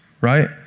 right